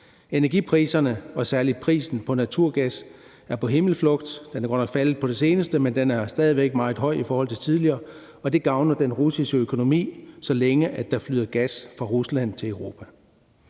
Energipriserne og særlig prisen på naturgas er på himmelflugt; den er godt nok faldet på det seneste, men den er stadig væk meget høj i forhold til tidligere, og det gavner den russiske økonomi, så længe der flyder gas fra Rusland til Europa.